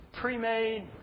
pre-made